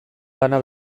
lana